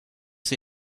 she